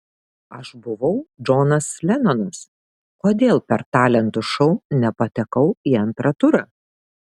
aš buvau džonas lenonas kodėl per talentų šou nepatekau į antrą turą